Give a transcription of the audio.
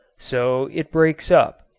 so it breaks up.